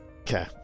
Okay